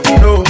no